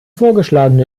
vorgeschlagene